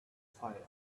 fire